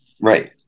Right